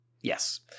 Yes